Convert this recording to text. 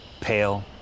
Pale